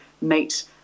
meet